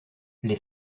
les